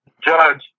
judge